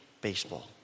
baseball